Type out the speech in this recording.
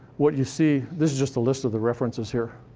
what you see this is just a list of the references here,